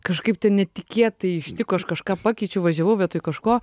kažkaip ten netikėtai ištiko aš kažką pakeičiau važiavau vietoj kažko